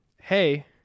hey